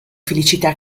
felicità